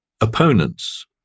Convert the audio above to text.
opponents